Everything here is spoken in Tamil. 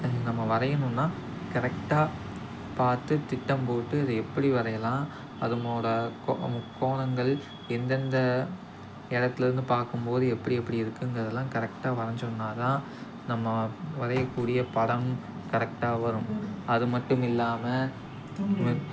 நம்ம வரையணும்னா கரெக்டாக பார்த்து திட்டம் போட்டு இதை எப்படி வரையலாம் அதனோட முக்கோ முக்கோணங்கள் எந்தெந்த இடத்துலேருந்து பார்க்கும்போது எப்படி எப்படி இருக்குங்கிறதெல்லாம் கரெக்டாக வரஞ்சோம்னால் தான் நம்ம வரைய கூடிய படம் கரெக்டாக வரும் அது மட்டும் இல்லாமல்